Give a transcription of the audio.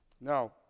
Now